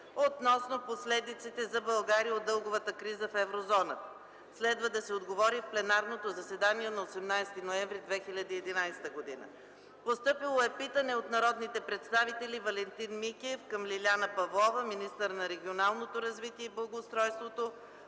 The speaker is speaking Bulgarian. относно последиците за България от дълговата криза в еврозоната. Следва да се отговори в пленарното заседание на 18 ноември 2011 г.; - народния представител Валентин Микев към Лиляна Павлова – министър на регионалното развитие и благоустройството,